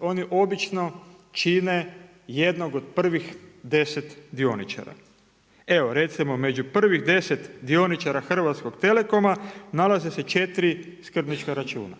Oni obično čine jednog od prvih 10 dioničara. Evo recimo među prvih 10 dioničara Hrvatskog telekoma, nalaze se četiri skrbnička računa.